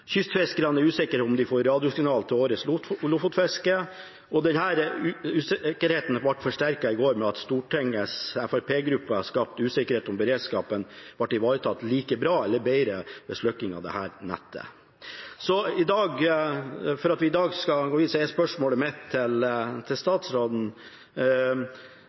Kystfiskerne er usikre på om de får radiosignal til årets lofotfiske, og denne usikkerheten ble forsterket i går ved at Stortingets Fremskrittsparti-gruppe skapte usikkerhet om beredskapen ble ivaretatt like bra eller bedre ved slukking av dette nettet. Skal vi i dag stå fast på utfasingen, at den skal gå